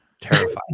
Terrifying